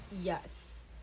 Yes